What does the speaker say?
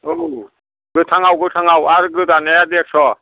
औ गोथांआव गोथांआव आरो गोदानाया देरस'